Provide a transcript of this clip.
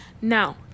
now